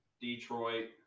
Detroit